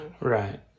Right